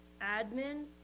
admin